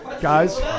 guys